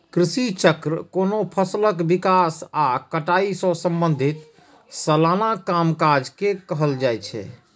कृषि चक्र कोनो फसलक विकास आ कटाई सं संबंधित सलाना कामकाज के कहल जाइ छै